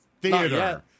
theater